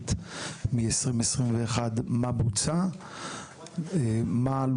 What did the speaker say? הבין-משרדית מ-2021; מה בוצע ומהם